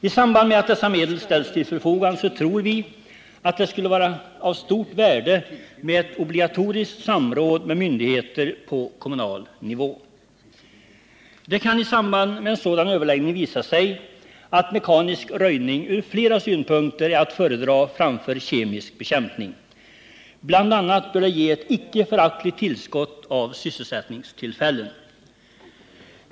I samband med att dessa medel ställs till förfogande tror vi att det skulle vara av stort värde med ett obligatoriskt samråd med myndigheter på kommunal nivå. Det kan i samband med sådan överläggning visa sig att mekanisk röjning från flera synpunkter är att föredra framför kemisk bekämpning. Bl. a. bör det ge ett icke föraktligt tillskott av sysselsättningstillfällen.